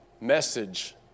message